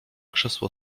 krzesło